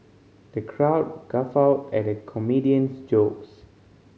the crowd guffawed at the comedian's jokes